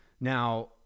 Now